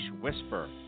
whisper